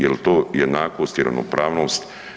Jel to jednakost i ravnopravnost?